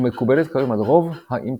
ומקובלת כיום על ידי רוב האמפיריציסטים.